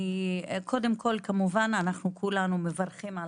קודם כל כמובן אנחנו כולנו מברכים על